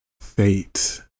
fate